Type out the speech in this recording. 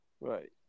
Right